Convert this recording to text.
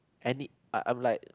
any I'm like